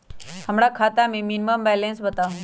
हमरा खाता में मिनिमम बैलेंस बताहु?